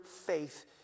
faith